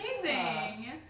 amazing